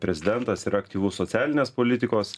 prezidentas ir aktyvus socialinės politikos